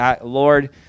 Lord